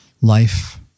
life